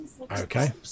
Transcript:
Okay